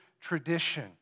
tradition